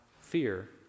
fear